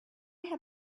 had